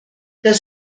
das